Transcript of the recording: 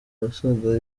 abasaga